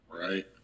Right